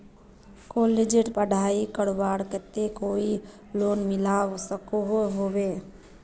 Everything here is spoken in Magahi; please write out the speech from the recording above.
कॉलेजेर पढ़ाई करवार केते कोई लोन मिलवा सकोहो होबे?